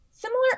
Similar